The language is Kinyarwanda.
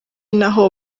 naho